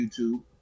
youtube